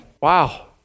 Wow